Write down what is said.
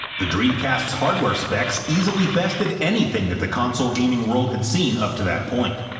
the dreamcast's hardware specs easily bested anything that the console gaming world had seen up to that point.